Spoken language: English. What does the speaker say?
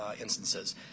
instances